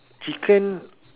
chicken